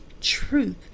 Truth